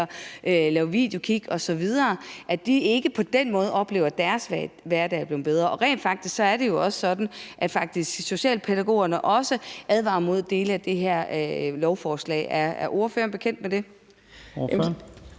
lave videokig osv., ikke på den måde oplever, at deres hverdag er blevet bedre. Og rent faktisk er det jo også sådan, at socialpædagogerne advarer mod dele af det her lovforslag. Er ordføreren bekendt med det? Kl.